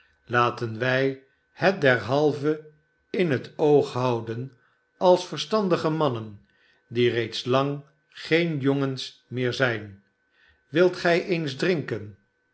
laten wij het derhalve in het oog hodden als verstandige mannen die reeds lang geen jongens meer zrjn wilt gij eens drinken